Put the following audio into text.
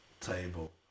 table